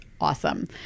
awesome